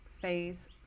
phase